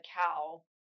cow